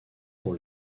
pour